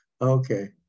Okay